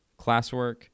classwork